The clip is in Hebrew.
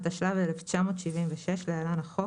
התשל"ו-1976 (להלן-החוק),